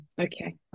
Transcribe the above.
okay